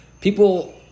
people –